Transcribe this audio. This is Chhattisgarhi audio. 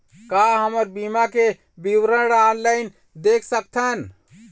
का हमर बीमा के विवरण ऑनलाइन देख सकथन?